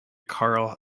karl